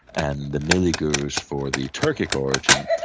and the milli gorus for the turkic origin.